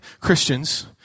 Christians